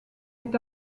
est